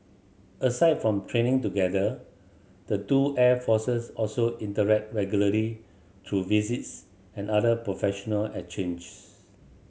aside from training together the two air forces also interact regularly through visits and other professional exchanges